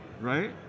right